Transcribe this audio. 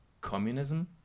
communism